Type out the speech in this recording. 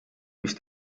mis